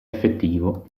effettivo